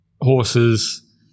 horses